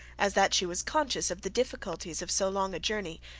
as that she was conscious of the difficulties of so long a journey,